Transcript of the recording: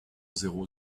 zéro